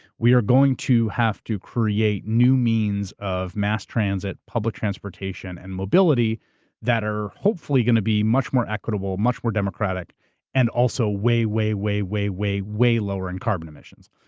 we are going to have to create new means of mass transit, public transportation and mobility that are, hopefully, going to be much more equitable, much more democratic and, also, way, way, way, way, way way lower in carbon emissions.